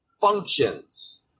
functions